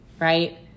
right